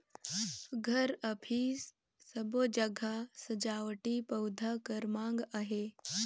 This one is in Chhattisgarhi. घर, अफिस सबो जघा सजावटी पउधा कर माँग अहे